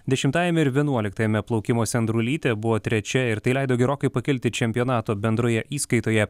dešimtajame ir vienuoliktajame plaukimuose andrulytė buvo trečia ir tai leido gerokai pakilti čempionato bendroje įskaitoje